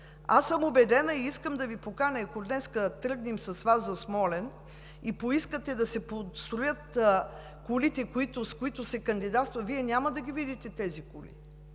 Аз съм убедена, искам да Ви поканя и ако днес тръгнем с Вас за Смолян и поискате да се подредят колите, с които се кандидатства, Вие няма да ги видите тези коли!